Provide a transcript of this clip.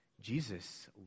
Jesus